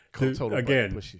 Again